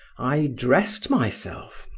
i dressed myself,